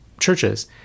churches